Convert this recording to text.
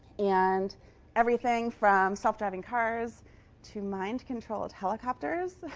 and everything from self-driving cars to mind-controlled helicopters